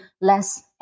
less